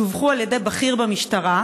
דווחו על ידי בכיר במשטרה.